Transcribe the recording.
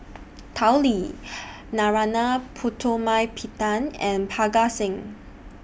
Tao Li Narana Putumaippittan and Parga Singh